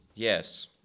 Yes